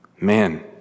Man